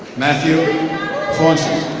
matthew pluinson.